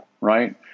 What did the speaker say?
right